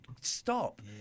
stop